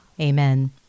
Amen